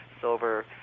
silver